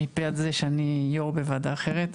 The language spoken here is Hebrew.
מפאת זה שאני יו"ר בוועדה אחרת.